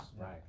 right